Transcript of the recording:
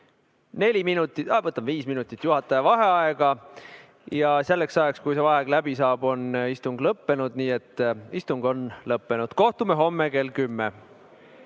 edasi, vaid võtan viis minutit juhataja vaheaega. Selleks ajaks, kui see vaheaeg läbi saab, on istung lõppenud. Nii et istung on lõppenud. Kohtume homme kell 10.